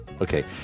Okay